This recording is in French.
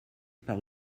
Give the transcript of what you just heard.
par